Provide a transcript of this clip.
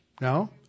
No